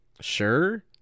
Sure